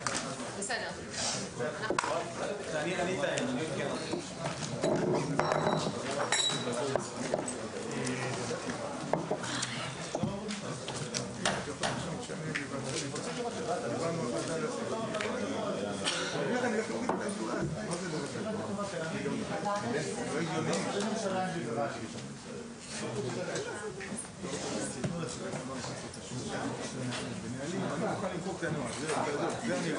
13:58.